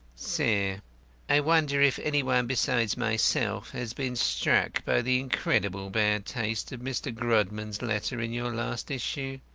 sir i wonder if any one besides myself has been struck by the incredible bad taste of mr. grodman's letter in your last issue.